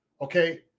Okay